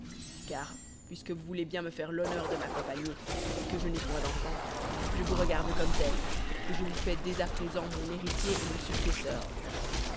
car puisque vous voulez bien me faire l'honneur de m'accompagner et que je n'ai point d'enfant je vous regarde comme tel et je vous fais dès à présent mon héritier et mon successeur